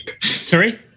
Sorry